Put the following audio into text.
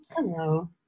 Hello